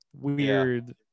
weird